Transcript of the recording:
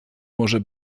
może